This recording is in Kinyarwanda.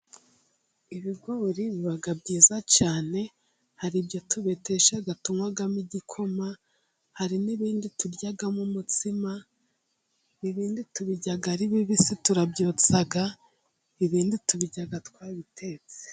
Ibigori biba byiza cyane hari ibyo tubetesha tunywamo igikoma, hari n'ibindi turyamo umutsima ibindi tubirya ari bibisi, turabyotsa ibindi tubirya twabitetse.